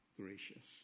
gracious